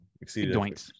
exceeded